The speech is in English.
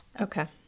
Okay